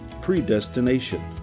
predestination